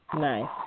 Nice